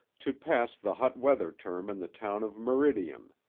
to pass the hot weather term in the town of meridian.